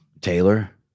Taylor